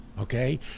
okay